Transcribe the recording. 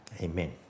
Amen